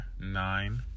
nine